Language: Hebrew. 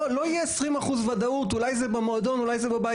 לא תהיה ודאות רק של 20 אחוזים שאולי זה במועדון או אולי זה בבית,